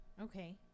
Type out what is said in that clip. Okay